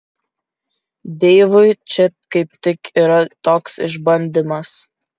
deivui čia kaip tik ir yra toks išbandymas